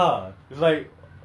if if if if